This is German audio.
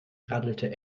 radelte